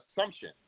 assumption